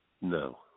No